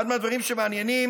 אחד מהדברים שמעניינים,